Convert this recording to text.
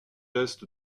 est